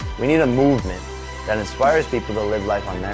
we need a movement that inspires people to live life on